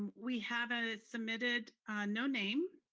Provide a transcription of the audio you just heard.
we have a submitted no name